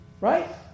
right